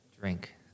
drink